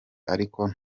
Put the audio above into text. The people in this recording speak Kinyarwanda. ariko